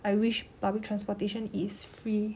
I wish public transportation is free